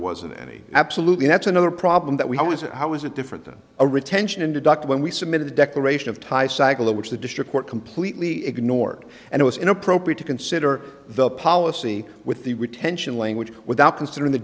wasn't any absolutely that's another problem that we always how is it different than a retention induct when we submitted a declaration of ties cycle in which the district court completely ignored and it was inappropriate to consider the policy with the retention language without considering the